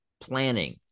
Planning